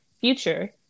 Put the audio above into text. future